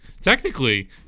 Technically